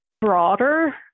broader